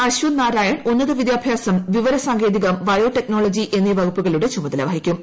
അശ്വന്ത് നാരായൺ ഉന്നത വിദ്യാഭ്യാസം വിവരസാങ്കേതികം ബയോ ടെക്നോളജി എന്നീ വകുപ്പുകളുടെ ചുമതല വഹിക്കും